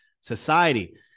society